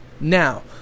Now